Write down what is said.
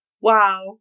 Wow